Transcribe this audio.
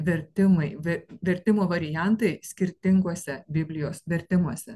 vertimai vertimo variantai skirtinguose biblijos vertimuose